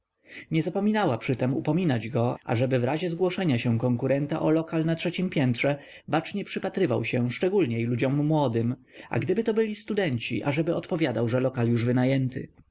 nie zapominała przytem upominać go ażeby w razie zgłoszenia się konkurenta o lokal na trzeciem piętrze bacznie przypatrywał się szczególniej ludziom młodym a gdyby to byli studenci ażeby odpowiadał że lokal już wynajęty